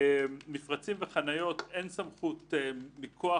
מפרצים וחניות - אין סמכות מכוח